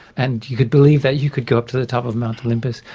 and you could believe that you could go up to the top of mt olympus.